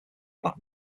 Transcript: that